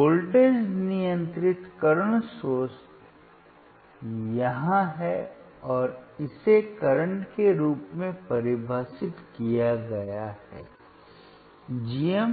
voltage नियंत्रित current source यहां है और इसे करंट के रूप में परिभाषित किया गया है G m